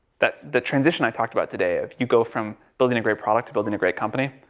that, the transition i talked about today, if you go from building a great product to building a great company.